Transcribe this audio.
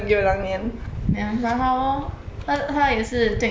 ya 蛮好 lor 他他也是对你蛮好的